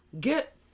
Get